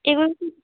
এগুলো কি